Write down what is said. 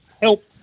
help